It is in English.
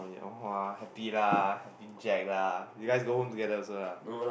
!wah! happy lah happy with Jack lah you guys go home together also lah